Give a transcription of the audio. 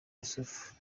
yussuf